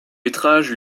métrages